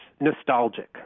nostalgic